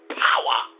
power